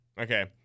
Okay